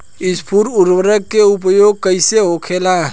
स्फुर उर्वरक के उपयोग कईसे होखेला?